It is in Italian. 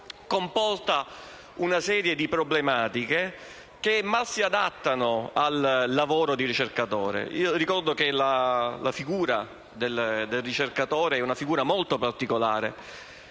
comporta una serie di problematiche che mal si adatta al lavoro di ricercatore. Ricordo che la figura del ricercatore è molto particolare